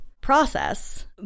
process